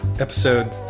episode